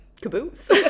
caboose